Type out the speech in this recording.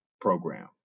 program